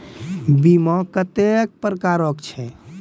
बीमा कत्तेक प्रकारक छै?